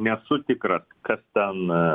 nesu tikras kas ten